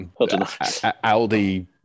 Aldi